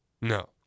No